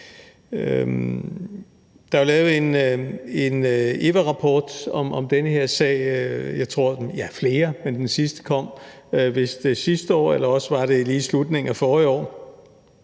Der er lavet en EVA-rapport om den her sag, ja, flere, men den sidste kom sidste år, eller også var det i slutningen af forrige år.